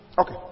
Okay